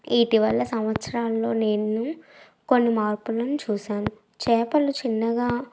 ఇటీవల సంవత్సరాల్లో నేను కొన్ని మార్పులను చూశాను చేపలు చిన్నగా